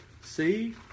see